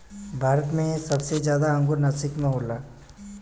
भारत मे सबसे जादा अंगूर नासिक मे होला